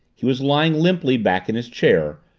he was lying limply back in his chair,